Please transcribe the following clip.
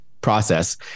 process